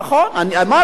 אני אמרתי.